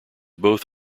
both